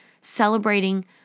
celebrating